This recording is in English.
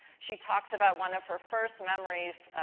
she talks about one of her first memories,